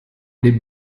dem